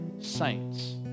saints